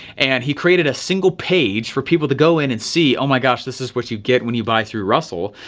and he created a single page for people to go in and see, oh, my gosh, this is what you get when you buy through russell.